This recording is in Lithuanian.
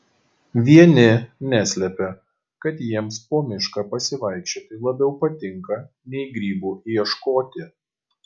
vieni neslepia kad jiems po mišką pasivaikščioti labiau patinka nei grybų ieškoti